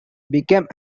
became